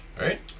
right